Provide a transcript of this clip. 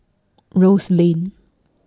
Rose Lane